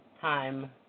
time